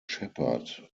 shepherd